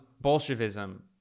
Bolshevism